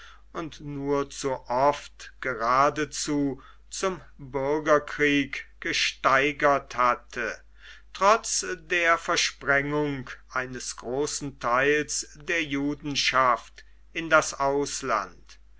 und nur zu oft geradezu zum bürgerkrieg gesteigert hatte trotz der versprengung eines großen teils der judenschaft in das ausland